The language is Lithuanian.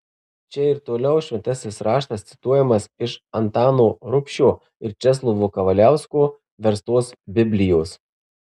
čia ir toliau šventasis raštas cituojamas iš antano rubšio ir česlovo kavaliausko verstos biblijos